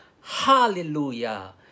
Hallelujah